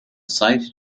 cited